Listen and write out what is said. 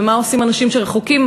ומה עושים אנשים שרחוקים,